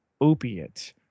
opiate